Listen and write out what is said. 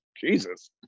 jesus